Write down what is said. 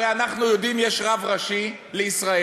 הרי אנחנו יודעים, יש רב ראשי לישראל